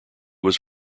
was